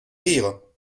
rire